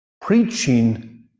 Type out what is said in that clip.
Preaching